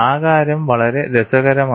ആകാരം വളരെ രസകരമാണ്